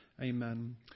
Amen